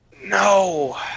No